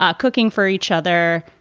um cooking for each other,